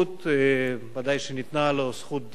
ודאי שניתנה לו זכות הדיבור,